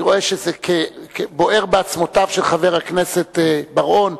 אני רואה שזה בוער בעצמותיו של חבר הכנסת בר-און.